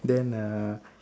then uh